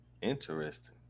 Interesting